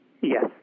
Yes